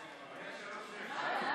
לא יצא.